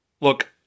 Look